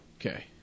Okay